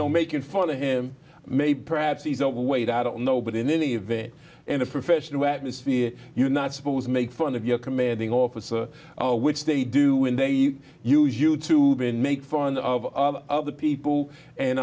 know making fun of him maybe perhaps he's overweight i don't know but in any event in a professional atmosphere you're not supposed make fun of your commanding officer which they do when they use you to make fun of other people and